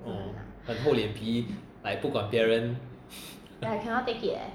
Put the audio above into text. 嗯很厚脸皮 like 不管别人